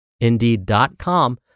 indeed.com